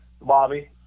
Bobby